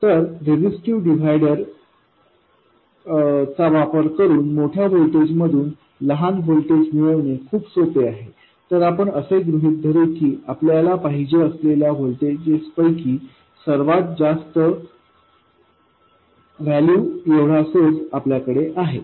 तर resistive divider चा वापर करून मोठ्या व्होल्टेजमधून एक लहान व्होल्टेज मिळवणे खूप सोपे आहे तर आपण असे गृहीत धरू की आपल्याला पाहिजे असलेल्या व्होल्टेजेस पैकी सर्वात जास्त व्हॅल्यू एवढा सोर्स आपल्याकडे आहे